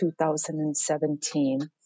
2017